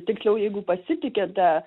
tiksliau jeigu pasitikite